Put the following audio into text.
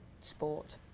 sport